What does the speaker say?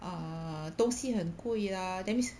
err 东西很贵 lah that means